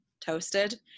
toasted